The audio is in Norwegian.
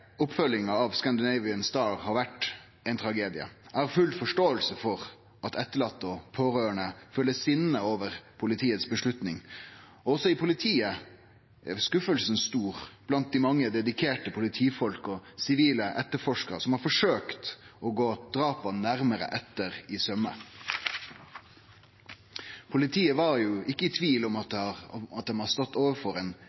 oppfølginga av «Scandinavian Star» har vore ein tragedie. Eg har full forståing for at etterlatne og pårørande føler sinne over avgjerda til politiet. Også i politiet er skuffelsen stor blant dei mange dedikerte politifolka og sivile etterforskarar som har forsøkt å granske drapa kritisk. Politiet var jo ikkje i tvil om at